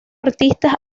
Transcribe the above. artistas